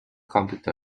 computer